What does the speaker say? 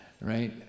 right